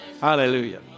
Hallelujah